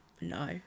no